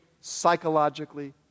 psychologically